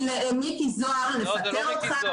-- שלא יקרא מיקי זוהר לפטר אותך.